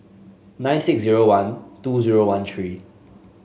nine six zero one two zero one three